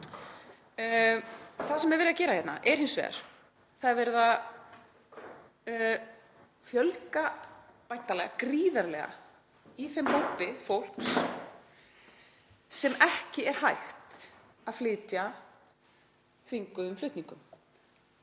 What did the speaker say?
Það sem er verið að gera hérna er hins vegar að það er verið að fjölga, væntanlega gríðarlega, í þeim hópi fólks sem ekki er hægt að flytja þvinguðum flutningum.